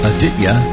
Aditya